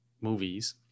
movies